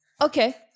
okay